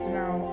now